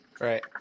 Right